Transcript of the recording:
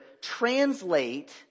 translate